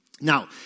Now